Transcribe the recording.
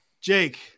Jake